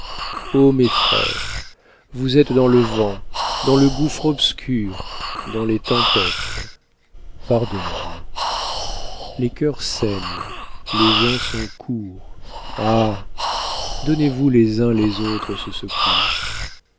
ô mes frères vous êtes dans le vent dans le gouffre obscur dans les tempêtes pardonnez-vous les cœurs saignent les ans sont courts ah donnez-vous les uns aux autres ce secours